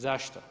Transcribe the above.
Zašto?